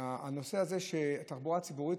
הנושא הזה של התחבורה הציבורית,